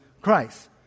Christ